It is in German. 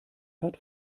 hat